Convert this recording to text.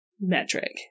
metric